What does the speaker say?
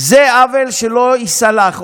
זה עוול שלא ייסלח.